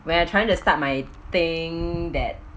when I'm trying to start my thing that